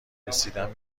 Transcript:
رسیدن